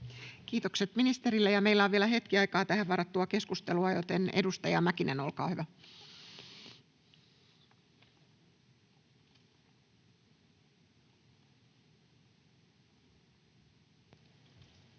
Kiitokset ministerille. — Meillä on vielä hetki aikaa tähän varattua keskustelua, joten edustaja Mäkinen, olkaa hyvä. [Speech